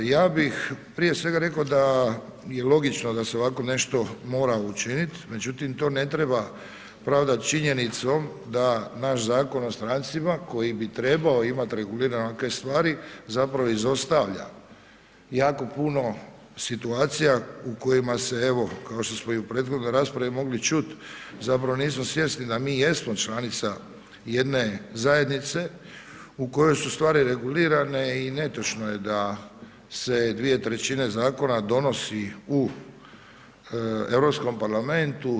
Ja bih, prije svega rekao da je i logično da se ovako nešto mora učiniti, međutim to ne treba pravdati činjenicom da naš Zakon o strancima, koji bi trebao imati regulirano ovakve stvari, zapravo izostavlja jako puno situacija u kojima se, evo, kao što smo i u prethodnoj raspravi mogli čuti, zapravo nismo svjesni da mi jesmo članica jedne zajednice u kojoj su stvari regulirane i netočno je da se dvije trećine zakona donosi u EU parlamentu.